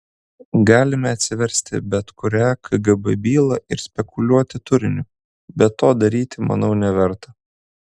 galime atsiversti bet kurią kgb bylą ir spekuliuoti turiniu bet to daryti manau neverta